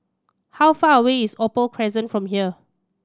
how far away is Opal Crescent from here